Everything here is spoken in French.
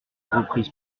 reprise